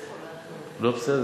לא,